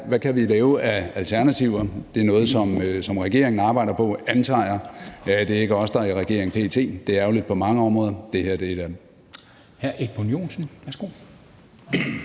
Hvad kan vi lave af alternativer? Det er noget, som regeringen arbejder på, antager jeg – det er ikke os, der er i regering p.t. Det er ærgerligt på mange områder